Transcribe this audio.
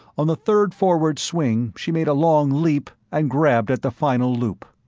on the third forward swing she made a long leap and grabbed at the final loop.